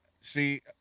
see